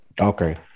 Okay